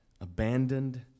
Abandoned